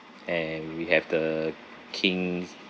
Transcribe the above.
and we have the kings